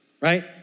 Right